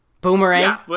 boomerang